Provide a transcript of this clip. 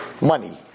money